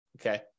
okay